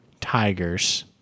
Tigers